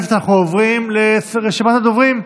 ראשון הדוברים,